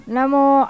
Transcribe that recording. Namo